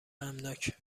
غمناک